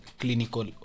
clinical